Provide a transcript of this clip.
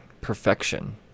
perfection